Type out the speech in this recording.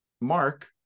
mark